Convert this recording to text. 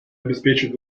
обеспечить